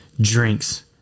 drinks